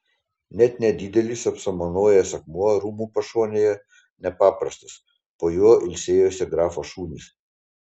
net nedidelis apsamanojęs akmuo rūmų pašonėje nepaprastas po juo ilsėjosi grafo šunys